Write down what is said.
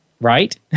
Right